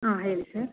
ಹಾಂ ಹೇಳಿ ಸರ್